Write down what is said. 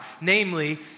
namely